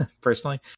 personally